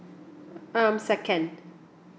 um second